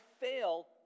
fail